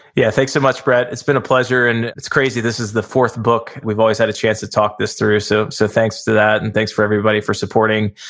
yeah, thanks so much brett. it's been a pleasure and it's crazy. this is the fourth book, we've always had a chance to talk this through, so so thanks to that and thanks for everybody for supporting.